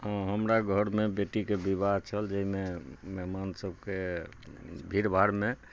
हँ हमरा घरमे बेटीके विवाह छल जाहिमे मेहमानसभके भीड़भाड़मे